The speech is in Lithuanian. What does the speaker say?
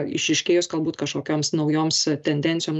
išryškėjus galbūt kažkokioms naujoms tendencijom